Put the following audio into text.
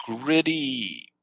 gritty